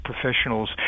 professionals